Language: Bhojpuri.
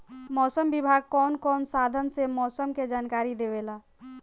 मौसम विभाग कौन कौने साधन से मोसम के जानकारी देवेला?